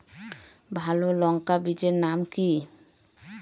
ভালো লঙ্কা বীজের নাম কি?